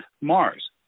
mars